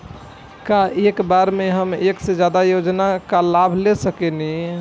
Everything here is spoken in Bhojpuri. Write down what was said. का एक बार में हम एक से ज्यादा योजना का लाभ ले सकेनी?